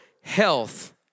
health